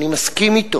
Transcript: אני מסכים אתו.